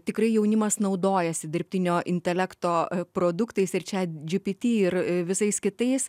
tikrai jaunimas naudojasi dirbtinio intelekto produktais ir čat gpt ir visais kitais